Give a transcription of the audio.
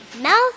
mouth